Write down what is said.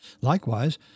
Likewise